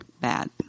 Bad